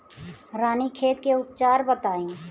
रानीखेत के उपचार बताई?